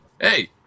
hey